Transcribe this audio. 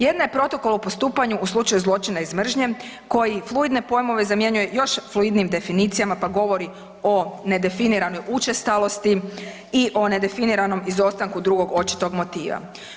Jedna je protokol o postupanju u slučaju zločina iz mržnje koji fluidne pojmove zamjenjuje još fluidnijim definicijama pa govori o nedefiniranoj učestalosti i o nedefiniranom izostanku drugog očitog motiva.